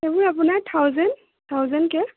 সেইবোৰ আপোনাৰ থাউজেন থাউজেনকে